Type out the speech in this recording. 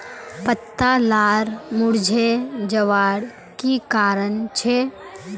पत्ता लार मुरझे जवार की कारण छे?